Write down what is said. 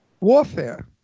warfare